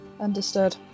Understood